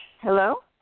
Hello